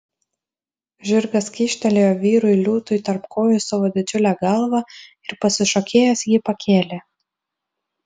žirgas kyštelėjo vyrui liūtui tarp kojų savo didžiulę galvą ir pasišokėjęs jį pakėlė